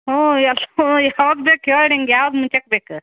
ಹ್ಞೂ ಎಷ್ಟು ಯಾವಾಗ ಬೇಕು ಹೇಳು ನಿಂಗೆ ಯಾವ್ದು ಮುಂಚೆಗ್ ಬೇಕು